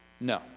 no